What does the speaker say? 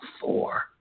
four